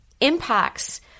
impacts